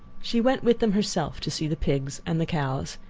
she went with them herself to see the pigs and the cows,